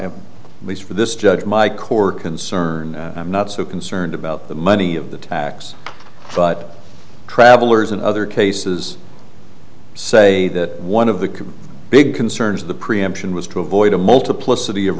my lease for this judge my core concern i'm not so concerned about the money of the tax but travelers in other cases say that one of the big concerns of the preemption was to avoid a multiplicity of